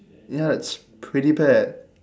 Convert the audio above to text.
ya it's pretty bad